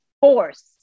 force